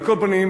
על כל פנים,